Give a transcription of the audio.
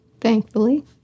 thankfully